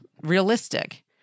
realistic